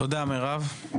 תודה מירב.